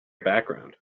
background